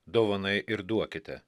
dovanai ir duokite